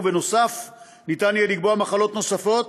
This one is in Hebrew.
ובנוסף ניתן יהיה לקבוע מחלות נוספות,